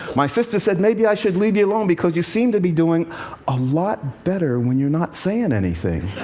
my sister said maybe i should leave you alone, because you seem to be doing a lot better when you're not saying anything.